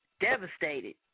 devastated